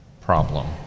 problem